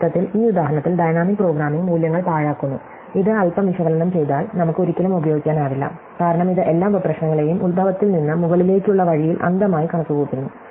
ഒരർത്ഥത്തിൽ ഈ ഉദാഹരണത്തിൽ ഡൈനാമിക് പ്രോഗ്രാമിംഗ് മൂല്യങ്ങൾ പാഴാക്കുന്നു ഇത് അല്പം വിശകലനം ചെയ്താൽ നമുക്ക് ഒരിക്കലും ഉപയോഗിക്കാനാവില്ല കാരണം ഇത് എല്ലാ ഉപപ്രശ്നങ്ങളെയും ഉത്ഭവത്തിൽ നിന്ന് മുകളിലേക്കുള്ള വഴിയിൽ അന്ധമായി കണക്കുകൂട്ടുന്നു